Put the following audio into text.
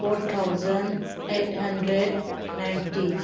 four thousand eight hundred ninety